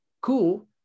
cool